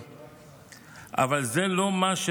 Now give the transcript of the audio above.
זה מה ששומעים באולפנים.